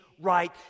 right